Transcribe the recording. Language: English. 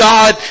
God